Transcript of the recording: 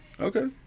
Okay